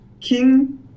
King